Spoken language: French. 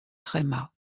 tréma